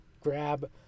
grab